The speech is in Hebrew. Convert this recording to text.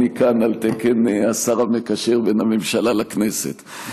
אני כאן על תקן השר המקשר בין הממשלה לכנסת.